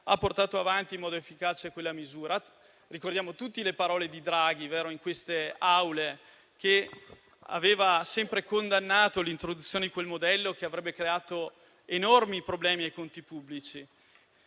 ha portato avanti in modo efficace quella misura. Ricordiamo tutti le parole di Draghi nelle Aule parlamentari con cui aveva sempre condannato l'introduzione di quel modello che avrebbe creato enormi problemi ai conti pubblici.